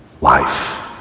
life